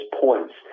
points